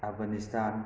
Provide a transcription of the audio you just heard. Afghanistan